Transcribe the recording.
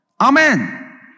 Amen